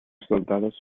soldados